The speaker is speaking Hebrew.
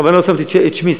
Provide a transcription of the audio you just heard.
בכוונה לא שמתי את שמי,